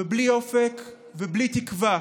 ובלי אופק ובלי תקווה.